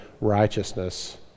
righteousness